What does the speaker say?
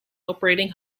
operating